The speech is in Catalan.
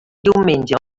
diumenge